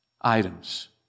items